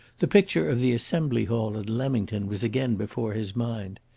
the picture of the assembly hall at leamington was again before his mind.